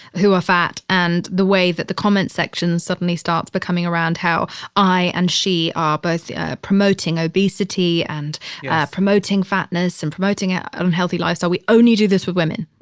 who are fat and the way that the comments sections suddenly start becoming around how i and she are both ah promoting obesity and promoting fatness and promoting an unhealthy lifestyle. we only do this with women.